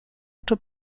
czy